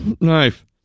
knife